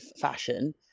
fashion